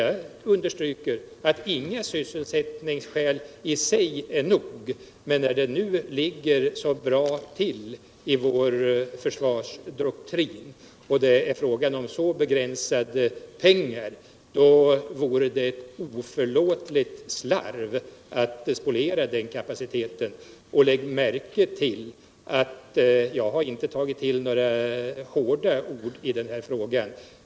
Jag vill understryka att inga sysselsättningsskäli sig är nog motiv, men när nu tillverkningen ligger så bra till i vår försvarsdoktrin och det är frå:sa om så begränsade medel, vore det ett oförlåtligt slarv att spoliera den kapaciteten. Lägg märke till att jag inte har tagit till några hårda ord i den här frågan.